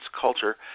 Culture